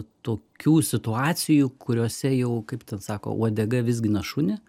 tokių situacijų kuriose jau kaip ten sako uodega vizgina šunį